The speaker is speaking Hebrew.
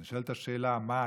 נשאלת השאלה: מה,